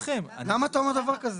למה אתה אומר דבר כזה?